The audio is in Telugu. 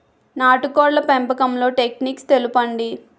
నాటుకోడ్ల పెంపకంలో టెక్నిక్స్ తెలుపండి?